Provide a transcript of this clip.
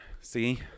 See